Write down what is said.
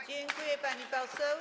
Dziękuję, pani poseł.